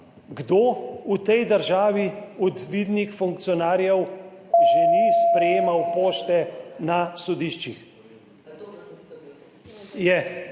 Kdo v tej državi od vidnih funkcionarjev ni sprejemal pošte s sodišč?